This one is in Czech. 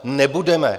Nebudeme!